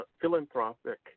philanthropic